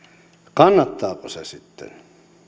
kannattaako se sitten